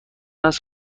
است